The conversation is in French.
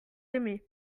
aimé